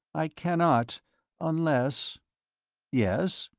i cannot unless yes?